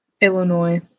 Illinois